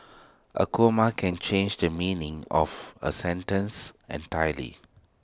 A comma can change the meaning of A sentence entirely